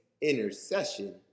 intercession